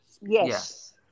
Yes